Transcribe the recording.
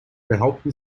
behaupten